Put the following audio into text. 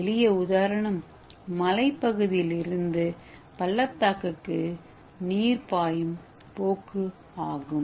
எளிய உதாரணம் மலைப்பகுதியில் இருந்து பள்ளத்தாக்குக்கு நீர் பாயும் போக்கு ஆகும்